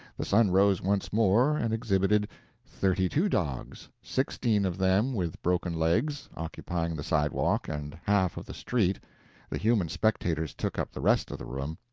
the sun rose once more, and exhibited thirty-two dogs, sixteen of them with broken legs, occupying the sidewalk and half of the street the human spectators took up the rest of the room.